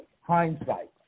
hindsight